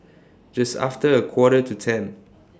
Just after A Quarter to ten